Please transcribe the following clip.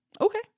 Okay